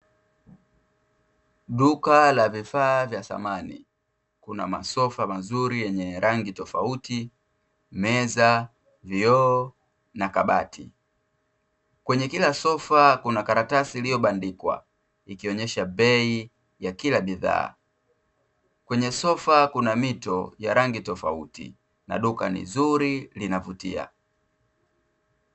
Duka la vifaa vya samani, kuna masofa mazuri yenye rangi tofauti, meza, vyoo na kabati, kwenye kila sofa kuna karatasi iliyobandikwa ikionyesha bei ya kila bidhaa, kwenye sofa kuna mito ya rangi tofauti na duka ni zuri linavutia.